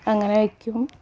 അങ്ങനെ വയ്ക്കും